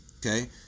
Okay